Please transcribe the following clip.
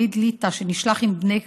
הוא יליד ליטא, ונשלח עם בני